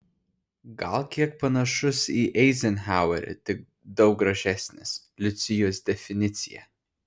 gal kiek panašus į eizenhauerį tik daug gražesnis liucijos definicija